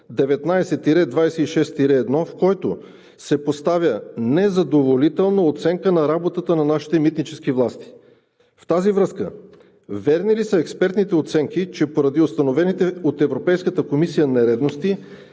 19-26-1, в който се поставя незадоволителна оценка на работата на нашите митнически власти. В тази връзка: верни ли са експертните оценки, че поради установените от Европейската комисия нередности